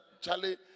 Charlie